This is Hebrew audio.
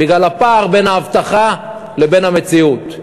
בגלל הפער בין ההבטחה לבין המציאות.